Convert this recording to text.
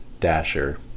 Dasher